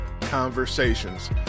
Conversations